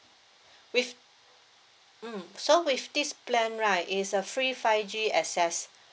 with mm so with this plan right it's a free five G access